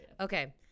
Okay